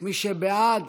מי שבעד